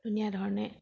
ধুনীয়া ধৰণে